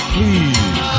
Please